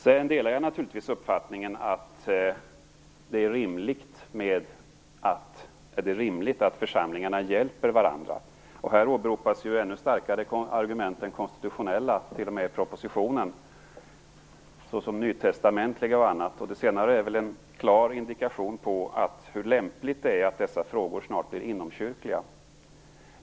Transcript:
Jag delar naturligtvis uppfattningen att det är rimligt att församlingarna hjälper varandra. Här åberopas ännu starkare argument än konstitutionella t.o.m. i propositionen, såsom nytestamentliga och annat. Det senare är väl en klar indikation på hur lämpligt det är att dessa frågor snart blir inomkyrkliga.